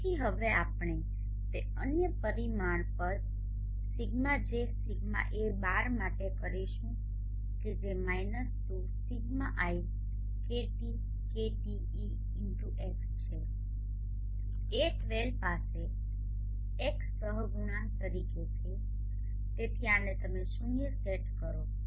તેથી હવે આપણે તે અન્ય પરિમાણ પદ δjδa12 માટે કરીશું કે જે 2Σi KT KTe x છે a12 પાસે x સહગુણાંક તરીકે છે તેથી આને તમે શૂન્ય સેટ કરો